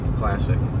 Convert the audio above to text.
classic